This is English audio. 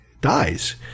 dies